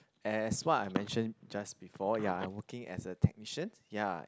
as what I mention just before ya I'm working as a technician ya